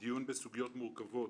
דיון בסוגיות מורכבות